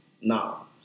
now